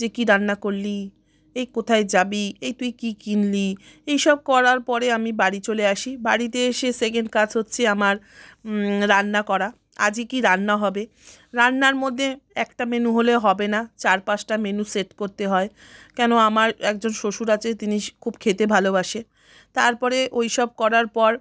যে কী রান্না করলি এই কোথায় যাবি এই তুই কী কিনলি এইসব করার পরে আমি বাড়ি চলে আসি বাড়িতে এসে সেকেণ্ড কাজ হচ্ছে আমার রান্না করা আজই কী রান্না হবে রান্নার মধ্যে একটা মেনু হলে হবে না চার পাঁচটা মেনু সেট করতে হয় কেন আমার একজন শ্বশুর আছে তিনি খুব খেতে ভালোবাসে তারপরে ওইসব করার পর